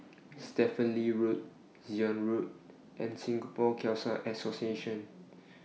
Stephen Lee Road Zion Road and Singapore Khalsa Association